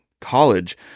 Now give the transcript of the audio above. college